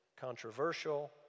controversial